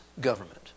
government